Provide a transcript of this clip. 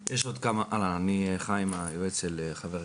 אני חיים, היועץ של חבר הכנסת.